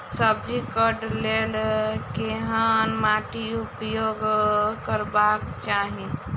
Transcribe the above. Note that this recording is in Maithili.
सब्जी कऽ लेल केहन माटि उपयोग करबाक चाहि?